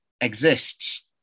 exists